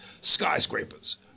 Skyscrapers